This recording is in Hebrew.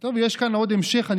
טוב יש כאן עוד המשך.